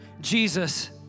Jesus